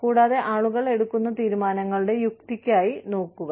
കൂടാതെ ആളുകൾ എടുക്കുന്ന തീരുമാനങ്ങളുടെ യുക്തിക്കായി നോക്കുക